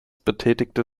betätigte